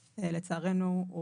לצערנו,